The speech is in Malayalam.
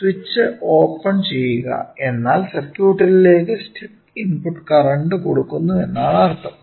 സ്വിച്ച് ഓപ്പൺ ചെയുക എന്നാൽ സർക്യുട്ടിലേക്കു സ്റ്റെപ് ഇൻപുട്ട് കറന്റ് കൊടുക്കുന്നു എന്നാണർത്ഥം